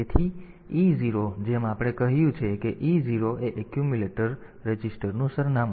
તેથી e0 જેમ આપણે કહ્યું છે કે e0 એ એક્યુમ્યુલેટર રજીસ્ટરનું સરનામું છે